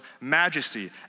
majesty